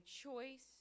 choice